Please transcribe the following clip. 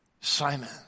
Simon